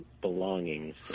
belongings